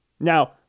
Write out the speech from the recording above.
Now